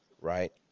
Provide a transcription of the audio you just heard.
right